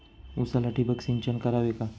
उसाला ठिबक सिंचन करावे का?